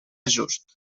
just